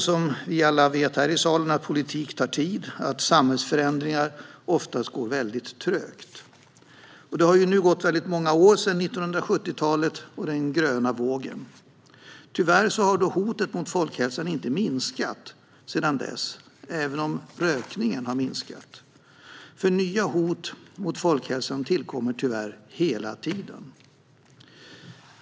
Som vi alla här i salen vet: Politik tar tid, och samhällsförändringar går oftast väldigt trögt. Det har nu gått många år sedan 1970-talet och den gröna vågen. Tyvärr har hoten mot folkhälsan inte minskat sedan dess, även om rökningen har minskat. Nya hot mot folkhälsan tillkommer tyvärr hela tiden.